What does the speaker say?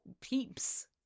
peeps